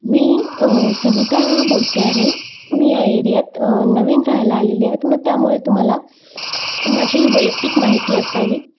मी सविता बोलते आहे मी या एरियात नवीन राहायला आलेली आहे मग त्यामुळे तुम्हाला माझी वैयक्तिक माहिती असावी